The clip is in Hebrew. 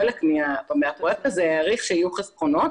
חלק מהפרויקט הזה העריך שיהיו חסכונות